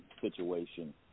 situation